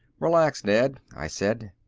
relax, ned, i said.